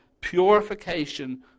purification